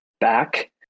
back